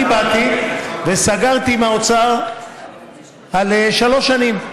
אני באתי וסגרתי עם האוצר על שלוש שנים: